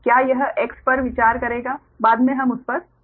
क्या यह 'X' पर विचार करेगा बाद में हम उस पर आएंगे